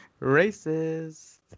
Racist